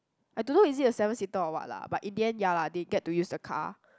I don't know is it a seven seater of what lah but in the end ya lah they get to use the car